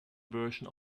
version